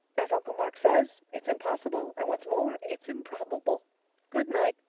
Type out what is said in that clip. as uncle mark says, it's impossible, and what's more it's improbable good night,